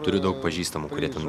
turiu daug pažįstamų kurie ten